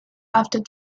after